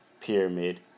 pyramid